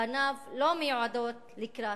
פניו לא מועדות לשלום.